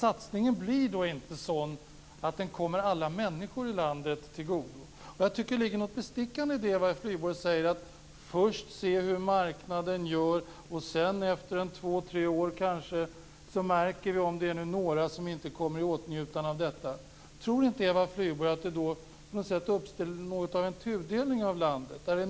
Satsningen blir då inte sådan att den kommer alla människor i landet till godo. Jag tycker att det ligger något bestickande i det som Eva Flyborg säger om att man först ska se hur marknaden gör. Efter två, tre år märker vi kanske om några inte kommer i åtnjutande av detta. Tror inte Eva Flyborg att det då uppstår något av en tudelning i landet?